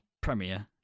premiere